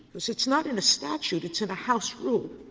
it's it's not in a statute, it's in a house rule.